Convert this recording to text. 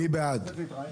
מי בעד?